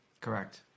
Correct